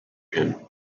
him